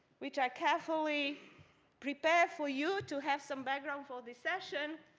which i carefully prepared for you to have some background for the session,